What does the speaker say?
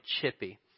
Chippy